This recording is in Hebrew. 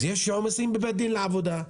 אז יש עומסים בבית דין לעבודה,